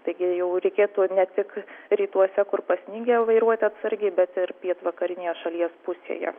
taigi jau reikėtų ne tik rytuose kur pasnigę vairuoti atsargiai bet ir pietvakarinėje šalies pusėje